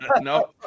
no